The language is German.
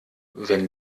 wenn